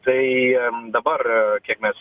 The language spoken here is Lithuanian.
tai dabar kiek mes